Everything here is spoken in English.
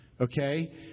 Okay